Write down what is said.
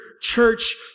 church